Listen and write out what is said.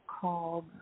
called